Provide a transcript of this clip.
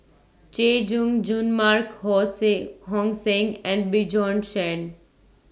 Chay Jung Jun Mark Ho Sing Hong Sing and Bjorn Shen